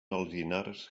alzinars